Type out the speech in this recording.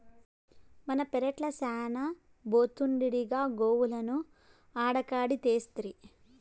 మన పెరట్ల శానా బోతుండాదిగా గోవులను ఆడకడితేసరి